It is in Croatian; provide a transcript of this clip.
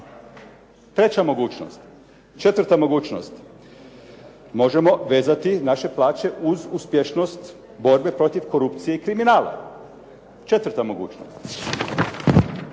Treća mogućnost. Četvrta mogućnost. Možemo vezati naše plaće uz uspješnost borbe protiv korupcije i kriminala. Četvrta mogućnost.